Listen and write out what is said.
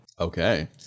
Okay